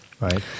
Right